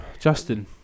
Justin